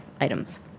items